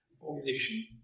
organization